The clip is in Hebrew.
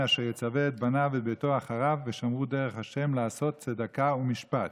אשר יצוה את בניו ואת ביתו אחריו ושמרו דרך ה' לעשות צדקה ומשפט",